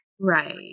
Right